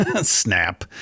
Snap